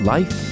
Life